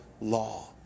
law